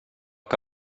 que